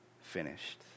finished